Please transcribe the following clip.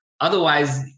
Otherwise